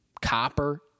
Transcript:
Copper